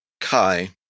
Kai